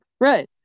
right